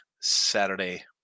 Saturday